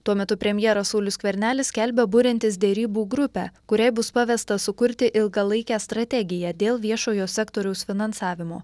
tuo metu premjeras saulius skvernelis skelbia buriantis derybų grupę kuriai bus pavesta sukurti ilgalaikę strategiją dėl viešojo sektoriaus finansavimo